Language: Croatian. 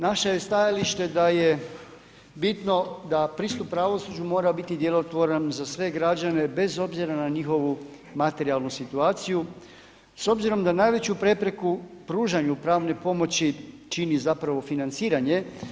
Naše je stajalište da je bitno da pristup pravosuđu mora biti djelotvoran za sve građane bez obzira na njihovu materijalnu situaciju s obzirom da najveću prepreku pružanju pravne pomoći čini zapravo financiranje.